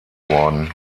worden